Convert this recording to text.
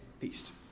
feast